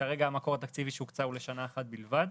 המקור התקציבי שהוקצה כרגע הוא לשנה אחת בלבד.